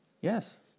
Yes